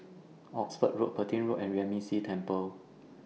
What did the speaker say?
Oxford Road Petain Road and Yuan Ming Si Temple